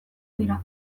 dira